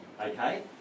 okay